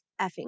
effing